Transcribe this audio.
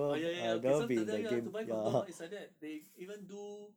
ah ya ya ya okay so to tell you ah to buy condo ah is like that they even do